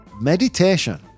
Meditation